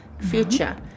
future